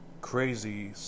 crazy